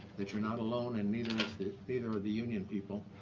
that you're not alone, and neither neither are the union people.